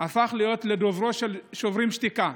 הפכה להיות לדובר של שוברים שתיקה.